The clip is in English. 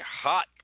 hot